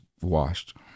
washed